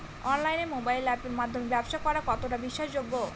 অনলাইনে মোবাইল আপের মাধ্যমে ব্যাবসা করা কতটা বিশ্বাসযোগ্য?